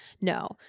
No